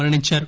మరణించారు